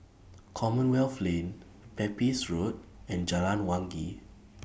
Commonwealth Lane Pepys Road and Jalan Wangi